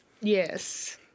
Yes